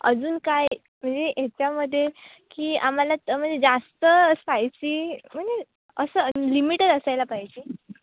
अजून काय म्हणजे ह्याच्यामध्ये की आम्हाला म्हणजे जास्त स्पायसी म्हणजे असं लिमिटेड असायला पाहिजे